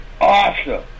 Awesome